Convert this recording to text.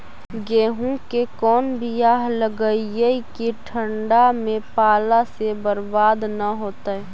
गेहूं के कोन बियाह लगइयै कि ठंडा में पाला से बरबाद न होतै?